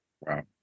Wow